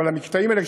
אבל המקטעים האלה,